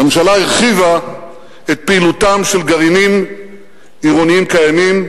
הממשלה הרחיבה את פעילותם של גרעינים עירוניים קיימים,